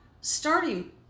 starting